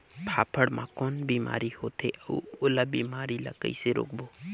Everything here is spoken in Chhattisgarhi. फाफण मा कौन बीमारी होथे अउ ओला बीमारी ला कइसे रोकबो?